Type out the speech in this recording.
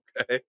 okay